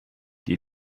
die